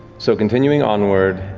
so continuing onward,